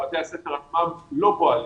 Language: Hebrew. בתי הספר עצמם לא פועלים.